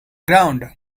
ground